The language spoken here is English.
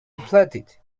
depleted